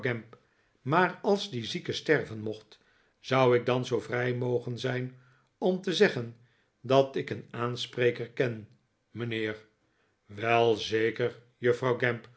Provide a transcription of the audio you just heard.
maar als die zieke sterven mocht zou ik dan zoo vrij mogen zijn om te zeggen dat ik een aanspreker ken mijnheer wel zeker juffrouw